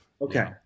okay